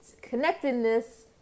connectedness